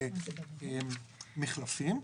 זה מחלפים.